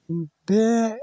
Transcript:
बे